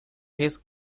his